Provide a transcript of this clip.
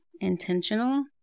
intentional